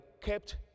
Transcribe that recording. kept